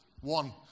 one